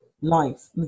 life